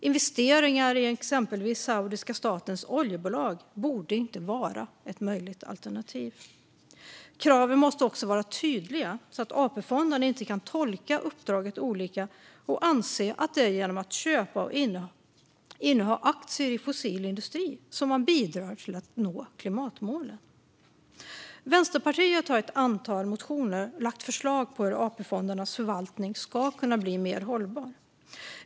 Investeringar i exempelvis saudiska statens oljebolag borde inte vara ett möjligt alternativ. Kraven måste också vara tydliga, så att AP-fonderna inte kan tolka uppdraget olika och anse att det är genom att köpa och inneha aktier i fossil industri som man bidrar till att nå klimatmålen. Vänsterpartiet har i ett antal motioner lagt fram förslag på hur AP-fondernas förvaltning ska kunna bli mer hållbar.